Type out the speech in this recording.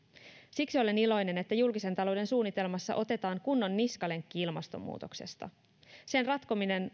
siksi olen iloinen että julkisen talouden suunnitelmassa otetaan kunnon niskalenkki ilmastonmuutoksesta sen ratkominen